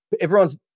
everyone's